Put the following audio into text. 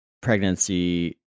pregnancy